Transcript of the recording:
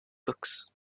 books